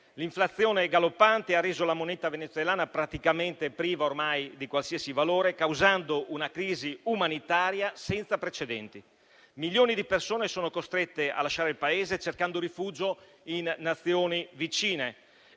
L'inflazione galoppante ha reso la moneta venezuelana praticamente priva ormai di qualsiasi valore, causando una crisi umanitaria senza precedenti. Milioni di persone sono costrette a lasciare il Paese cercando rifugio in Nazioni vicine